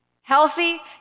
Healthy